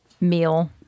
meal